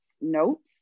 notes